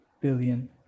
billion